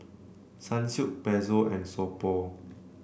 Sunsilk Pezzo and So Pho